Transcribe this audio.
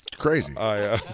crazy. i,